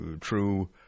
true